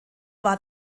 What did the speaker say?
war